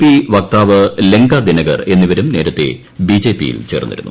P വക്താവ് ലങ്ക ദിനകർ എന്നിവരും നേരത്തെ ബിജെപി യിൽ ചേർന്നിരുന്നു